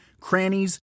crannies